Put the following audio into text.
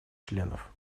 членов